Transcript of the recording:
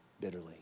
bitterly